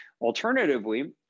Alternatively